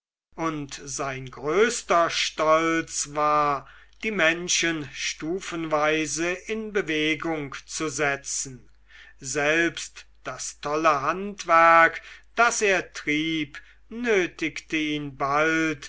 und sein größter stolz war die menschen stufenweise in bewegung zu setzen selbst das tolle handwerk das er trieb nötigte ihn bald